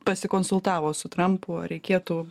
pasikonsultavo su trampu ar reikėtų